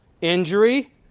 Injury